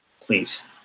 please